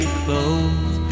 clothes